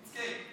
כן,